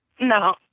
no